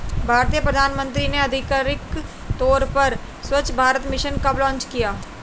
भारतीय प्रधानमंत्री ने आधिकारिक तौर पर स्वच्छ भारत मिशन कब लॉन्च किया?